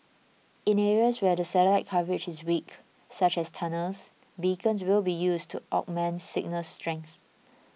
in areas where the satellite coverage is weak such as tunnels beacons will be used to augment signal strength